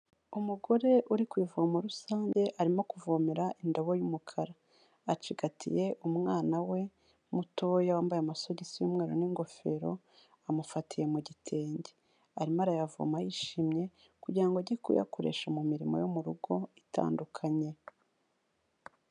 Umugore uri ku ivomo rusange arimo kuvomera indobo y'umukara. Acigatiye umwana we mutoya wambaye amasogisi y'umweru n'ingofero, amufatiye mu gitenge. Arimo arayavoma yishimye kugira ngo ajye kuyakoresha mu mirimo yo mu rugo itandukanye.